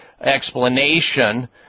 explanation